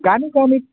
कानि कानि